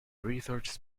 researched